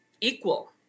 equal